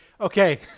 Okay